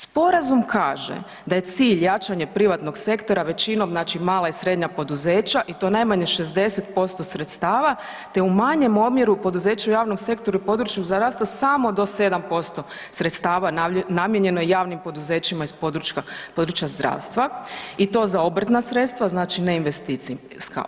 Sporazum kaže da je cilj jačanje privatnog sektora većinom znači mala i srednja poduzeća i to najmanje 60% sredstava te u manjem omjeru poduzeća u javnom sektoru i području zdravstva samo do 7% sredstava namijenjeno je javnim poduzećima iz područja zdravstva i to za obrtna sredstva znači ne investicijska.